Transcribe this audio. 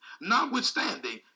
Notwithstanding